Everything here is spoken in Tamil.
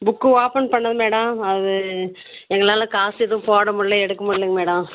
புக் ஓப்பன் பண்ணணும் மேடம் அது எங்களால் காசு எதுவும் போட முடில எடுக்க முடிலங்க மேடம்